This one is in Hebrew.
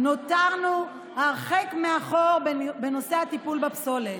נותרנו הרחק מאחור בנושא הטיפול בפסולת.